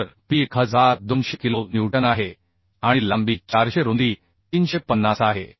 तर P 1200 kilo newton आहे आणि लांबी 400 रुंदी 350 आहे